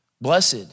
blessed